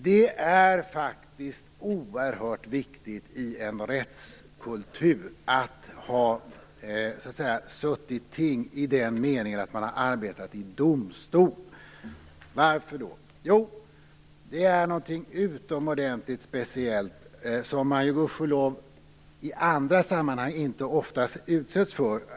Det är faktiskt oerhört viktigt i en rättskultur att ha suttit ting i den meningen att man har arbetat i domstol. Varför då? Jo: Det är något utomordentligt speciellt att vara i domstol, som man gudskelov i andra sammanhang inte ofta utsätts för.